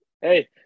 Hey